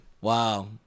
Wow